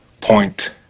point